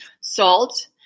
salt